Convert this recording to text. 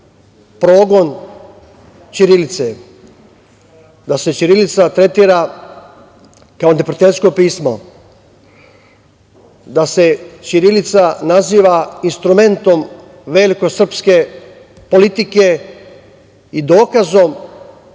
progon ćirilice, da se ćirilica tretira kao neprijateljsko pismo, da se ćirilica naziva instrumentom velikosrpske politike i dokazom